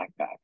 backpack